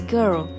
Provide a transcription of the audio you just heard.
Girl